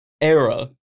era